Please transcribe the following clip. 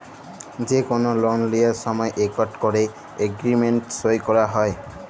যে কল লল লিয়ার সময় ইকট ক্যরে এগ্রিমেল্ট সই ক্যরা হ্যয়